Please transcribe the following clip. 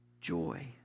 joy